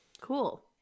Cool